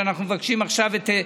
ההסתייגות (914)